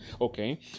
okay